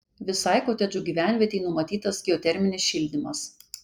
visai kotedžų gyvenvietei numatytas geoterminis šildymas